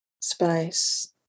space